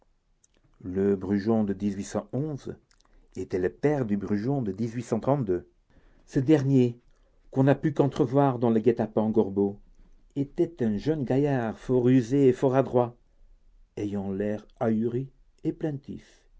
le brujon de était le père du brujon de ce dernier qu'on n'a pu qu'entrevoir dans le guet-apens gorbeau était un jeune gaillard fort rusé et fort adroit ayant l'air ahuri